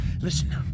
Listen